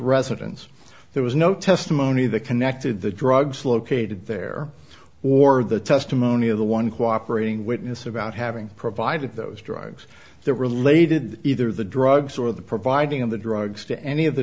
residence there was no testimony that connected the drugs located there or the testimony of the one cooperate in witness about having provided those drugs the related either the drugs or the providing of the drugs to any of the